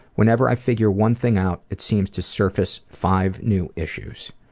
whenever i figure one thing out, it seems to surface five new issues.